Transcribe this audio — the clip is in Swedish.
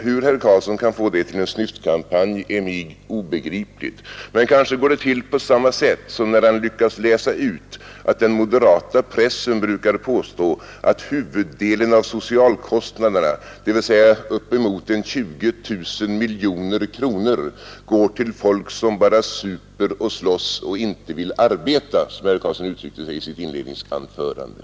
Hur herr Karlsson kan få detta till en snyftkampanj är mig obegripligt, men kanske går det till på samma sätt som när han lyckas läsa ut att den moderata pressen brukar påstå att huvuddelen av de sociala kostnaderna — uppemot 20 000 miljoner kronor alltså — går till folk ”som bara super och slåss och inte vill arbeta”, som herr Karlsson uttryckte det i sitt inledningsanförande.